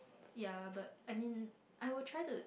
ya but I mean I will try to